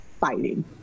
fighting